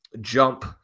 jump